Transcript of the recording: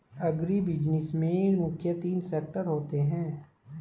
agribusiness में मुख्य तीन सेक्टर होते है